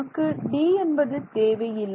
நமக்கு D என்பது தேவை இல்லை